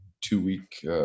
two-week